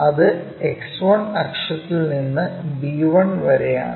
അത് X1 അക്ഷത്തിൽ നിന്ന് b1 വരെയാണ്